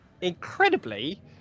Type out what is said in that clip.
Incredibly